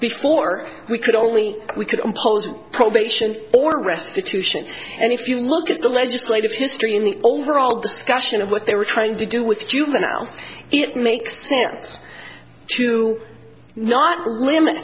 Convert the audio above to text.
before we could only we could impose probation or restitution and if you look at the legislative history in the overall discussion of what they were trying to do with juveniles it makes sense to not limit